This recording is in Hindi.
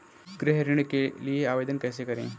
गृह ऋण के लिए आवेदन कैसे करें?